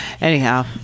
Anyhow